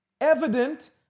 evident